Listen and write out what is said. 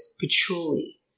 patchouli